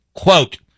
Quote